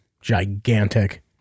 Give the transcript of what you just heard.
Gigantic